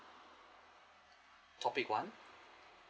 topic one